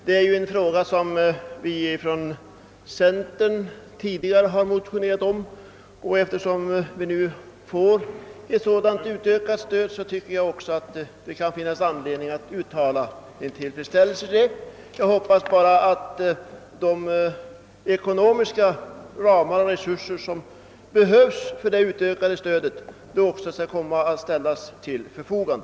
I denna fråga har centern tidigare motionerat, och eftersom vi nu får ett sådant utökat stöd, tycker jag att det finns anledning att uttala vår tillfredsställelse häröver. Jag hoppas bara att de ekonomiska resurser som behövs också skall ställas till förfogande.